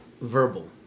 Verbal